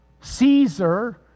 Caesar